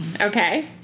okay